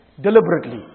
deliberately